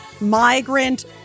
migrant